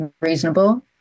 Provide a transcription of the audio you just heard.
reasonable